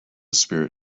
spirit